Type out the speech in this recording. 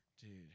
dude